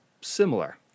similar